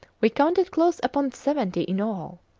we counted close upon seventy in all.